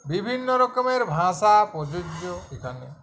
বিভিন্ন রকমের ভাষা প্রযোজ্য এখানে